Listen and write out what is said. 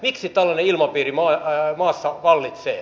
miksi tällainen ilmapiiri maassa vallitsee